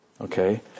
okay